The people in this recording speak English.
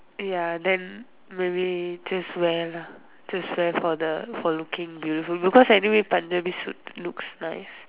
ya then maybe just wear lah just wear for the for looking beautiful because anyway Punjabi suit looks nice